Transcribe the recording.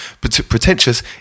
pretentious